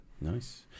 nice